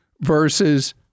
versus